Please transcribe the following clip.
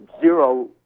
zero